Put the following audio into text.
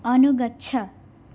अनुगच्छ